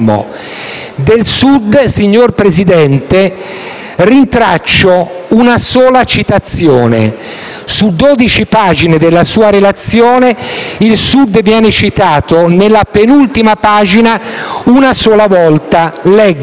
Del Sud, signor Presidente, rintraccio una sola citazione: su 12 pagine della sua relazione, il Sud viene citato nella penultima pagina una sola volta. Leggo: